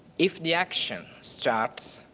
if the action starts,